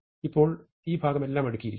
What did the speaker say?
ഇപ്പോൾ ഈ ഭാഗം എല്ലാം അടുക്കിയിരിക്കുന്നു